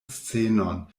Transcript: scenon